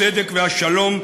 הצדק והשלום,